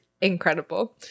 incredible